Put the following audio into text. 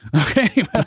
Okay